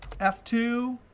f two,